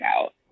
out